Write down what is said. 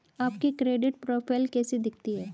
आपकी credit profile कैसी दिखती है?